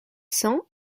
cent